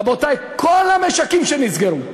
רבותי, כל המשקים שנסגרו,